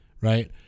right